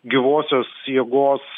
gyvosios jėgos